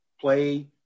play